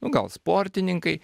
nu gal sportininkai